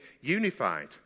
unified